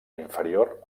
inferior